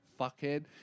Fuckhead